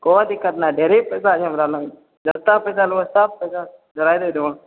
कोई दिक्कत नहि ढेरी पैसा छै हमरा लगमे जते पैसा लेबऽ सब पैसा दए देमहो